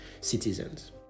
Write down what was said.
citizens